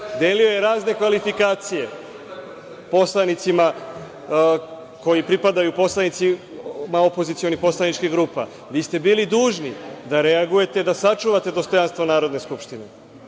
delio je razne kvalifikacije poslanicima, poslanicima opozicionih poslaničkih grupa. Vi ste bili dužni da reagujete, da sačuvate dostojanstvo Narodne skupštine.